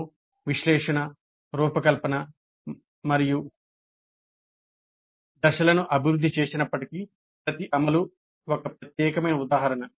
మేము విశ్లేషణ రూపకల్పన మరియు దశలను అభివృద్ధి చేసినప్పటికీ ప్రతి అమలు ఒక ప్రత్యేకమైన ఉదాహరణ